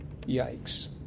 Yikes